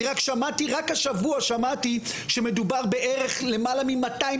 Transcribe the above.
אני רק שמעתי רק השבוע שמדובר בערך למעלה ממאתיים